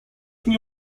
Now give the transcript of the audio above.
mnie